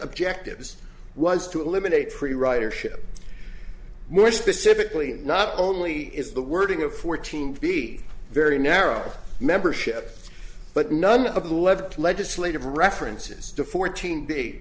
objectives was to eliminate pretty ridership more specifically not only is the wording of fourteen to be very narrow membership but none of left legislative references to fourteen be